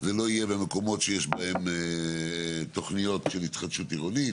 זה לא יהיה במקומות שיש בהם תוכניות של התחדשות עירונית.